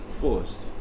forced